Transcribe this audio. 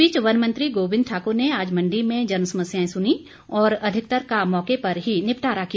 इस बीच वन मंत्री गोविंद ठाकुर ने आज मण्डी में जन समस्याएं सुनीं और अधिकतर का मौके पर ही निपटारा किया